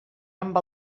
amb